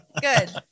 Good